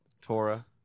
Torah